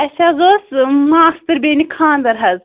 اَسہِ حظ اوس ماستٕر بیٚنہِ خانٛدر حظ